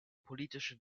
politische